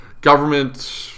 government